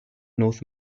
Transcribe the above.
north